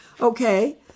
Okay